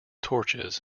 torches